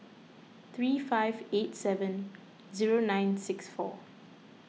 three five eight seven zero nine six four